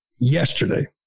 yesterday